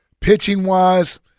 Pitching-wise